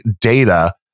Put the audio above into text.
data